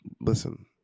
Listen